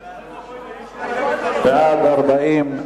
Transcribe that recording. בעד, 40,